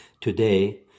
today